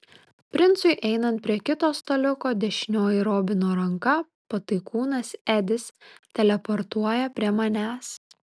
princui einant prie kito staliuko dešinioji robino ranka pataikūnas edis teleportuoja prie manęs